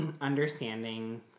understanding